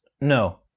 no